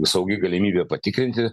saugi galimybė patikrinti